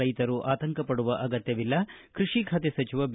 ರೈತರು ಆತಂಕಪಡುವ ಅಗತ್ತವಿಲ್ಲ ಕೃಷಿ ಖಾತೆ ಸಚಿವ ಬಿ